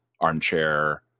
armchair